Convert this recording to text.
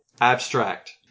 abstract